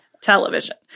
television